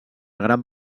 gran